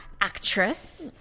actress